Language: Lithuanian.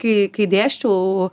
kai kai dėsčiau